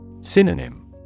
Synonym